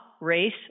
race